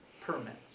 permits